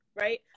right